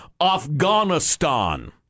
Afghanistan